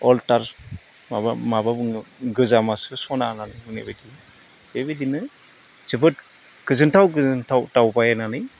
Alt माबा माबा बुङो गोजामासो सना होननानै बुंनायबादि बेबायदिनो जोबोद गोजोनथाव गोजोनथाव दावबायनानै